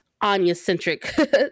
Anya-centric